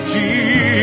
Jesus